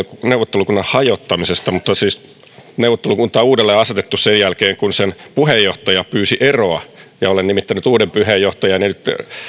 neuvottelukunnan hajottamista mutta neuvottelukunta on uudelleen asetettu sen jälkeen kun sen puheenjohtaja pyysi eroa ja olen nimittänyt uuden puheenjohtajan eli